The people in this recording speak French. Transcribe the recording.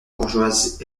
bourgeoise